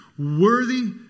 worthy